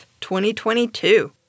2022